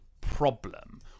problem